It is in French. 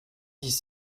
dix